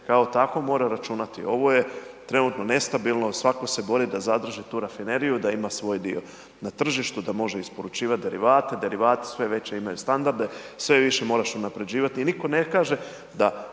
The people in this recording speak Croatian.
kao takvom mora računati, ovo je trenutno nestabilno, svako se bori da zadrži tu rafineriju, da ima svoj dio na tržištu da može isporučivati derivate, derivati sve veće imaju standarde, sve više moraš unaprjeđivati i nitko ne kaže da